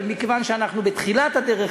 אבל מכיוון שאנחנו בתחילת הדרך,